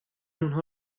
اونها